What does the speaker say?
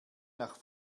nach